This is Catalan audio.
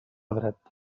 dret